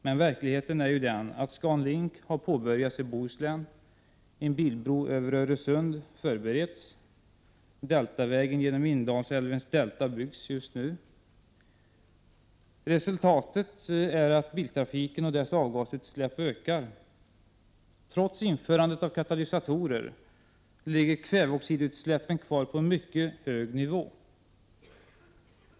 Men verkligheten är att ScanLink har påbörjats i Bohuslän, att en bilbro över Öresund förbereds och att Deltavägen genom Indalsälvens delta byggs just nu. Resultatet är att biltrafiken och dess avgasutsläpp ökar. Trots införandet av katalysatorer ligger kväveoxidutsläppen kvar på en mycket hög nivå.